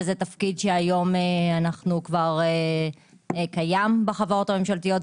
וזה תפקיד שהיום קיים כבר בחברות הממשלתיות,